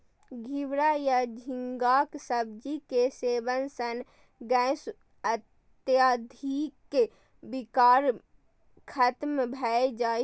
घिवरा या झींगाक सब्जी के सेवन सं गैस इत्यादिक विकार खत्म भए जाए छै